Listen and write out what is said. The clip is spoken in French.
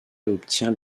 obtient